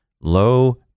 low